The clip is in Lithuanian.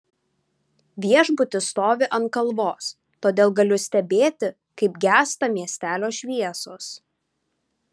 viešbutis stovi ant kalvos todėl galiu stebėti kaip gęsta miestelio šviesos